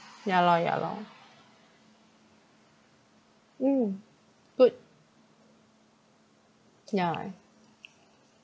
ya lor ya lor mm good ya eh